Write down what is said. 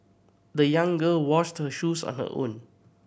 the young girl washed her shoes on her own